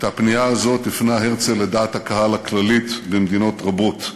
את הפנייה הזאת הפנה הרצל לדעת הקהל הכללית במדינות רבות.